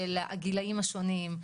של הגילאים השונים,